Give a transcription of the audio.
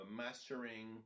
mastering